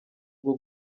bwo